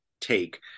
take